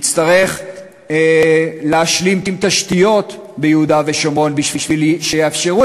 נצטרך להשלים תשתיות ביהודה ושומרון שיאפשרו